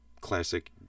classic